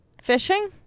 Fishing